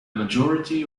majority